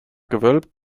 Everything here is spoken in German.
gewölbt